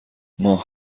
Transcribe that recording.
ماه